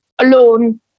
alone